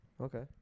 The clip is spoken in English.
Okay